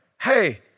hey